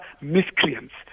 miscreants